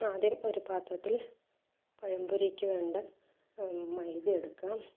ആദ്യം ഒരു പാത്രത്തിൽ പഴം പൊരിക്ക് വേണ്ട മൈദ എടുക്കാം